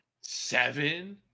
Seven